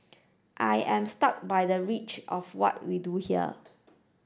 I am struck by the reach of what we do here